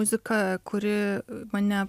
muzika kuri mane